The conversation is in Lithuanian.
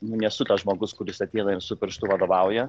nesu tas žmogus kuris ateina ir su pirštu vadovauja